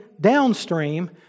downstream